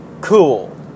cool